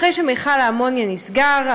אחרי שמכל האמוניה נסגר,